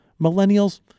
Millennials